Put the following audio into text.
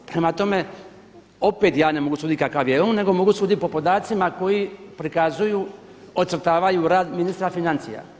Prema tome, opet ja ne mogu suditi kakav je on nego mogu suditi po podacima koji prikazuju, ocrtavaju red ministra financija.